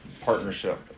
partnership